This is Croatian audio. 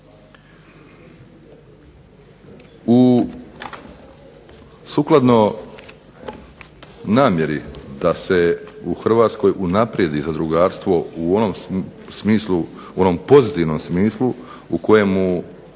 Sukladno namjeri da se u HRvatskoj unaprijedi zadrugarstvo u onom pozitivnom smislu o kojem